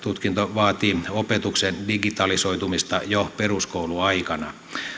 vaatii opetuksen digitalisoitumista jo peruskouluaikana